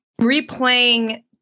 replaying